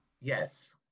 Yes